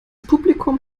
publikum